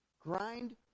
Grind